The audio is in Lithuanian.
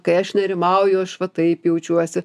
kai aš nerimauju aš va taip jaučiuosi